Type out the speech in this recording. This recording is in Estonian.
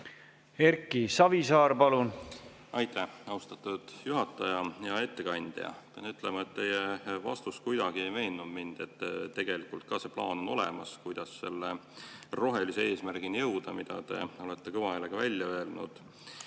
Erki Savisaar, palun! Aitäh, austatud juhataja! Hea ettekandja! Pean ütlema, et teie vastus kuidagi ei veennud mind, et tegelikult on olemas plaan, kuidas selle rohelise eesmärgini jõuda, mille te olete kõva häälega välja öelnud.